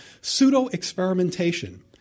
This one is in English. pseudo-experimentation